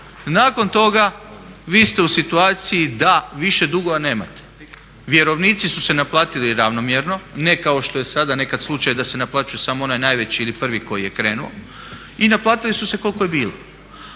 nakon toga vi ste u situaciji da više dugova nemate. Vjerovnici su se naplatili ravnomjerno, ne kao što je sada nekad slučaj da se naplaćuje samo onaj najveći ili prvi koji krenuo i naplatili su se koliko je bilo.